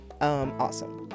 awesome